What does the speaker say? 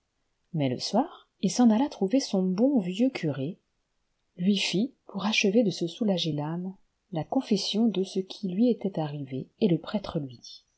mais le soir il s'en alla trouver son bon vieux curé lui fit pour achever de se soulager l'âme la confession de ce qui lui était arrivé et le prêtre lui dit